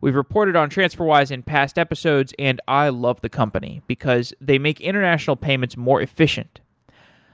we've reported on transferwise in past episodes and i love the company, because they make international payments more efficient